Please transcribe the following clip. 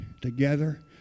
together